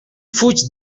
fuig